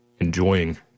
enjoying